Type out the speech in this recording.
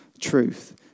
truth